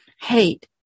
Hate